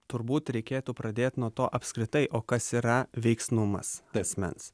turbūt reikėtų pradėt nuo to apskritai o kas yra veiksnumas asmens